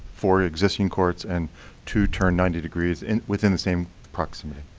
four existing courts, and to turn ninety degrees, and within the same proximity.